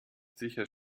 sicher